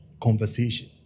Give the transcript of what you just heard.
conversation